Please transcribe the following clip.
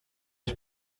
ich